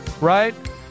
right